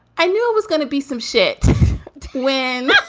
i knew it was going to be some shit to win